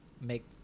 make